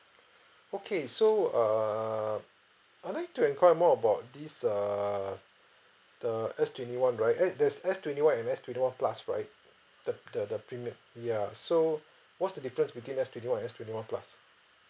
okay so err I'd like to enquire more about this err the S twenty one right S there's S twenty one and S twenty one plus right the the the premium ya so what's the difference between S twenty one and S twenty one plus